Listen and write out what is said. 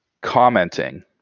commenting